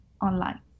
online